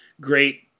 great